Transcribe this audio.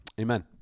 Amen